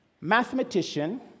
mathematician